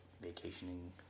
vacationing